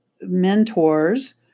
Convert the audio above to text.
mentors